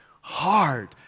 hard